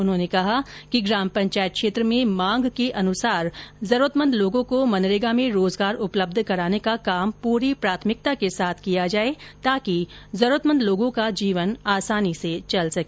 उन्होंने कहा कि ग्राम पंचायत क्षेत्र में मांग के अनुरूप जरूरतमंद लोगों को मनरेगा में रोजगार उपलब्ध कराने का कार्य पूरी प्राथमिकता के साथ किया जाए ताकि जरूरतमंद लोगों का जीवन आसानी से चल सके